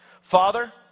Father